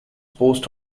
post